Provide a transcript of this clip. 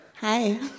Hi